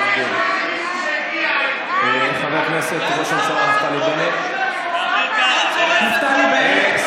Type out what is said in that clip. חבר הכנסת, ראש הממשלה נפתלי בנט.